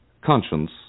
conscience